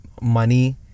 Money